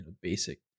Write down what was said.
basic